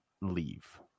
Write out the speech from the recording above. leave